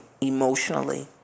emotionally